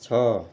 छ